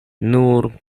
nur